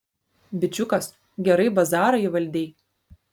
bičiukas gerai bazarą įvaldei